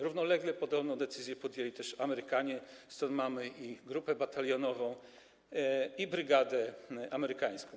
Równolegle podobną decyzję podjęli też Amerykanie, stąd mamy ich grupę batalionową i brygadę amerykańską.